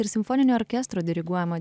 ir simfoninio orkestro diriguojamo